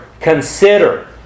consider